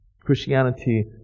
Christianity